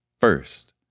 first